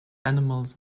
animals